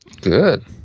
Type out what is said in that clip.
Good